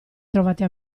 trovate